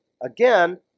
again